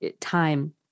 time